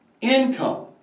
Income